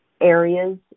areas